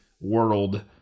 world